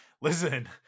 Listen